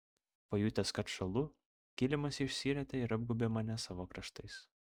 pajutęs kad šąlu kilimas išsirietė ir apgaubė mane savo kraštais